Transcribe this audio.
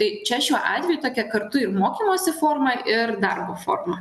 tai čia šiuo atveju tokia kartu mokymosi forma ir darbo forma